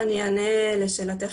אני אענה לשאלתך,